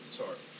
sorry